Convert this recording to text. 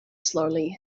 slowly